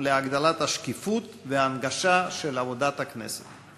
להגברת השקיפות וההנגשה של עבודת הכנסת.